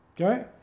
okay